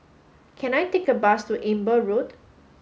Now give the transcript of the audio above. can I take a bus to Amber Road